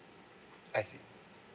I see